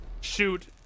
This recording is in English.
shoot